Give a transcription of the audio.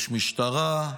יש משטרה,